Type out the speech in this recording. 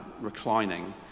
reclining